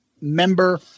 member